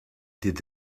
did